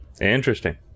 Interesting